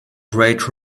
great